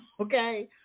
Okay